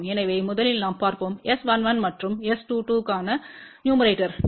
எனவே முதலில் நாம் பார்ப்போம் S11மற்றும் S22க்கான னூமிரேடோர்